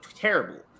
Terrible